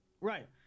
Right